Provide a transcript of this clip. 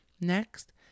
Next